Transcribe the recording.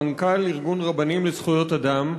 מנכ"ל ארגון "רבנים לזכויות אדם",